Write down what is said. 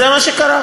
זה מה שקרה?